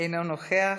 אינו נוכח.